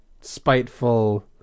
spiteful